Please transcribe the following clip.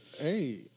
Hey